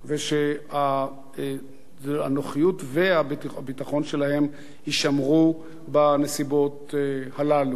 ושהנוחיות והביטחון שלהם יישמרו בנסיבות הללו.